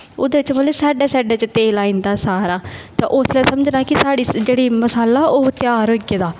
ओह्दे च मतलब साइडा साइडा च तेल आई जंदा सारा ते उसलै समझना कि साढ़ी जेह्ड़ा मसाला ओह् त्यार होई गेदा